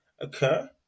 occur